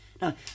Now